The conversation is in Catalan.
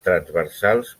transversals